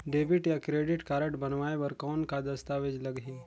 Debit या credit card बनवाय बर कौन का दस्तावेज लगही?